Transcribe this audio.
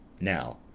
Now